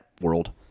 world